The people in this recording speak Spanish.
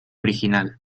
original